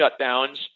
shutdowns